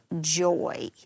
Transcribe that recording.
joy